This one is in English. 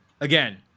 Again